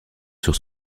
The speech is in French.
sur